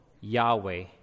Yahweh